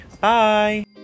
Bye